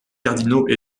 cardinaux